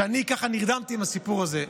אני נרדמתי עם הסיפור הזה,